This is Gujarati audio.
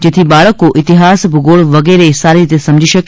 જેથી બાળકો ઇતિહાસ ભૂગોળ વગેરે સારી રીતે સમજી શકે